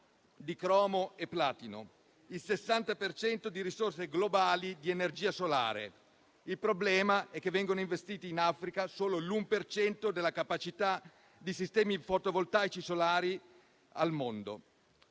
di cromo e platino, il 60 per cento di risorse globali di energia solare. Il problema è che viene investito in Africa solo l'1 per cento della capacità di sistemi fotovoltaici solari al mondo.